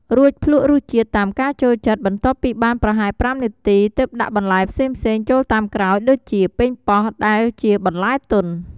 រួចភ្លក្សរសជាតិតាមការចូលចិត្ត បន្ទាប់ពីបានប្រហែល៥នាទី ទើបដាក់បន្លែផ្សេងៗចូលតាមក្រោយដូចជា ប៉េងប៉ោះដែលជាបន្លែទន់។